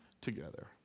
together